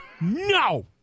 No